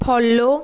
follow